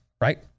right